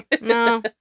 No